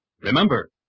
Remember